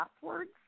passwords